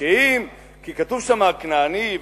כי כתוב שם "הכנעני"